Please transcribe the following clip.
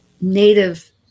native